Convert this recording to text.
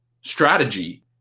strategy